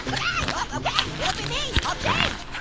okay, it'll be me. i'll change,